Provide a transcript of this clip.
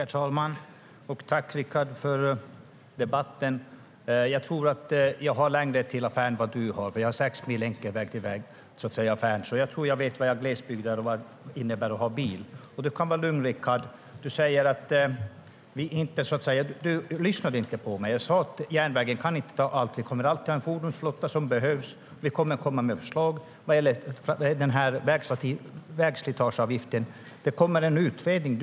Herr talman! Jag tackar Rickard för debatten. Jag tror att jag har längre till affären än vad du har. Jag har sex mil enkel väg till affären, så jag tror att jag vet vad glesbygd är och vad det innebär att ha bil. Du kan vara lugn, Rickard. Du lyssnade inte på mig. Jag sa att järnvägen inte kan ta allt. Vi kommer alltid att ha en fordonsflotta som behövs. Vi kommer att komma med förslag vad gäller vägslitageavgiften. Det kommer en utredning.